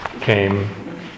came